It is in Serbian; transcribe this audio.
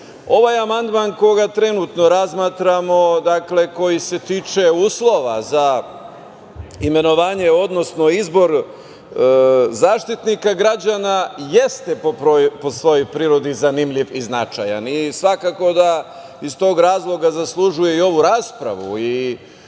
razmatramo, koji se tiče uslova za imenovanje, odnosno izbor Zaštitnika građana jeste po svojoj prirodi zanimljiv i značajan i svakako da iz tog razloga zaslužuje i ovu raspravu.